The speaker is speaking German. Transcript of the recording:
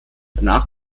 danach